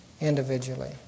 individually